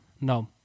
No